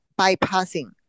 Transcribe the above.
bypassing